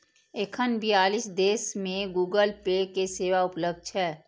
एखन बियालीस देश मे गूगल पे के सेवा उपलब्ध छै